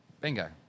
Bingo